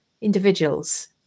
individuals